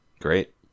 Great